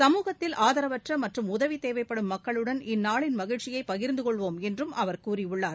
சமூகத்தில் ஆதரவற்ற மற்றும் உதவி தேவைப்படும் மக்களுடன் இந்நாளின் மகிழ்ச்சியை பகிர்ந்து கொள்வோம் என்றும் அவர் கூறியுள்ளார்